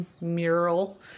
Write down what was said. mural